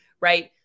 right